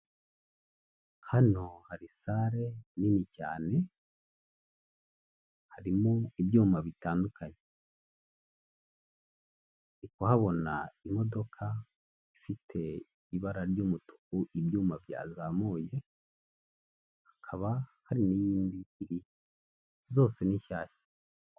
Hano hari sare nini cyane harimo ibyuma bitandukanye, ndi kuhabona imodoka ifite ibara ry'umutuku, ibyuma byazamuye hakaba hari n'indi ihari zose ni shyashya.